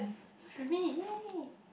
with me